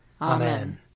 Amen